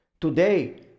Today